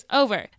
over